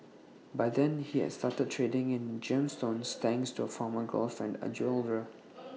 by then he had started trading in gemstones thanks to A former girlfriend A